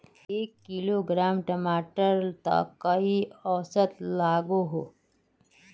एक किलोग्राम टमाटर त कई औसत लागोहो?